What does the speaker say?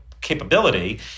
capability